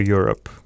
Europe